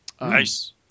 Nice